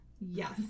Yes